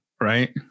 right